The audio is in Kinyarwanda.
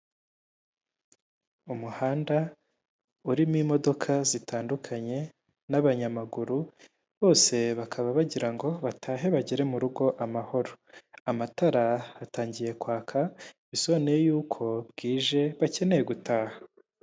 Umuhanda urimo imodoka zitandukanye n'abanyamaguru bose bakaba bagira ngo batahe bagere mu rugo amahoro, amatara yatangiye kwaka bisobanuye yuko bwije bakeneye gutaha.